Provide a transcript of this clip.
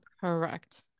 correct